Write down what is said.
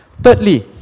Thirdly